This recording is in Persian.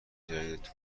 جدید